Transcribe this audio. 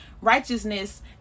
righteousness